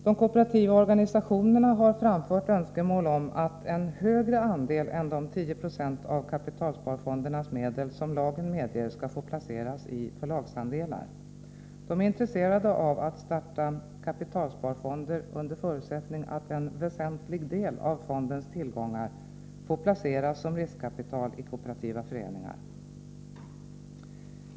De kooperativa organisationerna har framfört önskemål om att en högre andel än de 10 96 av kapitalsparfondernas medel som lagen medger skall få placeras i förlagsandelar. De är intresserade av att starta kapitalsparfonder under förutsättning att en väsentlig del av fondens tillgångar får placeras som riskkapital i kooperativa föreningar.